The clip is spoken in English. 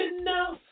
enough